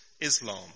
Islam